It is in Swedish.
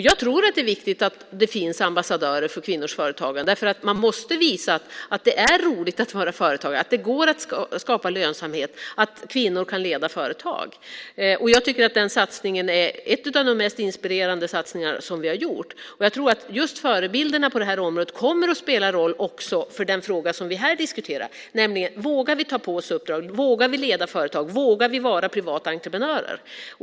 Jag tror att det är viktigt att det finns ambassadörer för kvinnors företagande därför att man måste visa att det är roligt att vara företagare, att det går att skapa lönsamhet och att kvinnor kan leda företag. Jag tycker att den satsningen är en av de mest inspirerande satsningar som vi har gjort. Jag tror att just förebilderna på det här området kommer att spela roll också för den fråga som vi här diskuterar. Vågar vi ta på oss uppdrag? Vågar vi leda företag? Vågar vi vara privata entreprenörer?